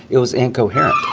it was incoherent